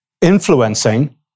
influencing